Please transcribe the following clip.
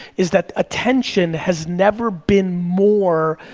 is that attention has never been more